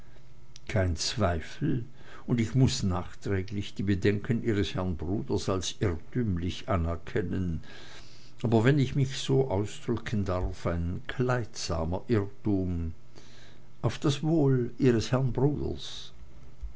kein zweifel und ich muß nachträglich die bedenken ihres herrn bruders als irrtümlich anerkennen aber wenn ich mich so ausdrücken darf ein kleidsamer irrtum auf das wohl ihres herrn